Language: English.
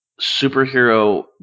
superhero